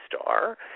star